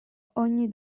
ogni